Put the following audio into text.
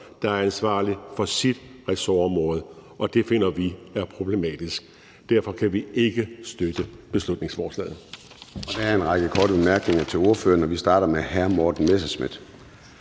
der er ansvarlig for sit ressortområde. Det finder vi er problematisk. Derfor kan vi ikke støtte beslutningsforslaget.